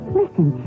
listen